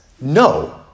no